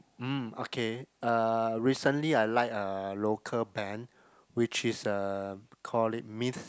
mm okay uh recently I like a local band which is uh call it Myth